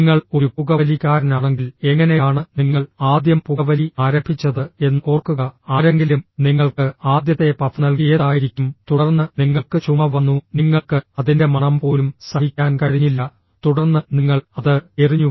നിങ്ങൾ ഒരു പുകവലിക്കാരനാണെങ്കിൽ എങ്ങനെയാണ് നിങ്ങൾ ആദ്യം പുകവലി ആരംഭിച്ചത് എന്ന് ഓർക്കുക ആരെങ്കിലും നിങ്ങൾക്ക് ആദ്യത്തെ പഫ് നൽകിഏതായിരിക്കും തുടർന്ന് നിങ്ങൾക്ക് ചുമ വന്നു നിങ്ങൾക്ക് അതിന്റെ മണം പോലും സഹിക്കാൻ കഴിഞ്ഞില്ല തുടർന്ന് നിങ്ങൾ അത് എറിഞ്ഞു